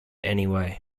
anyway